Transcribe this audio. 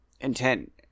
intent